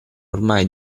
ormai